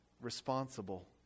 responsible